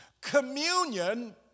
Communion